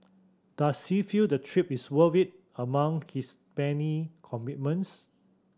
does she feel the trip is worth it among his many commitments